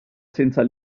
senza